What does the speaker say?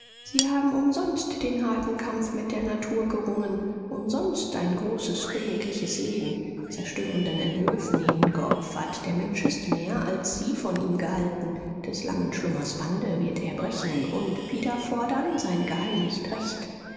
sie haben umsonst den harten kampf mit der natur gerungen umsonst ein großes königliches leben zerstörenden entwürfen hingeopfert der mensch ist mehr als sie von ihm gehalten des langen schlummers bande wird er brechen und wiederfordern sein geheiligt recht